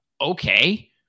okay